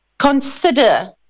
consider